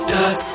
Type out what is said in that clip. Duck